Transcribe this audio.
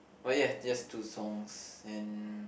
but yeah just two songs and